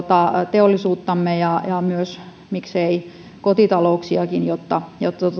teollisuuttamme ja miksei kotitalouksiakin jotta